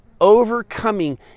overcoming